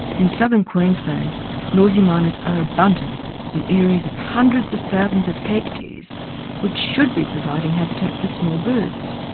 in southern queensland noisy miners are abundant in areas of hundreds of thousands of hectares which should be providing habitat for small birds.